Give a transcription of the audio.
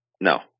No